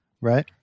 right